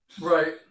Right